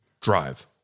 drive